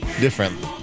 different